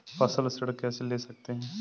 फसल ऋण कैसे ले सकते हैं?